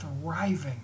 thriving